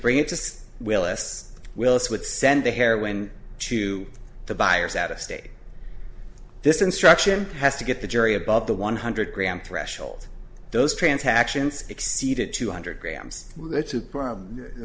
to willis willis would send the hair when to the buyers out of state this instruction has to get the jury above the one hundred gram threshold those transactions exceeded two hundred grams that's a problem i